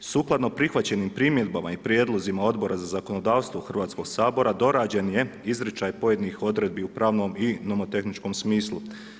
Sukladno prihvaćenim primjedbama i prijedlozima Odbora za zakonodavstvo Hrvatskog sabora, dorađen je izričaj pojedinih odredbi u pravnom i nomotehničkom smislu.